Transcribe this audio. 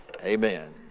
amen